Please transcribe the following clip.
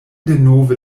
denove